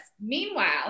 Meanwhile